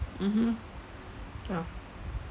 mmhmm ya